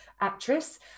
actress